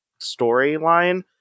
storyline